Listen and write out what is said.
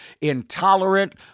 intolerant